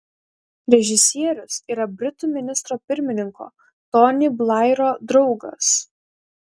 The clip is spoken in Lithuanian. režisierius yra britų ministro pirmininko tony blairo draugas